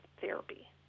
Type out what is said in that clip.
therapy